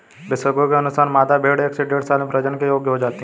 विशेषज्ञों के अनुसार, मादा भेंड़ एक से डेढ़ साल में प्रजनन के योग्य हो जाती है